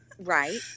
Right